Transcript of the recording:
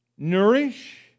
Nourish